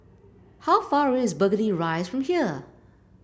how far away is Burgundy Rise from here